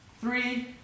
three